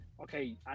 okay